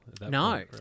No